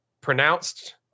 pronounced